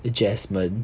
jasmond